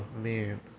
man